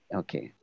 okay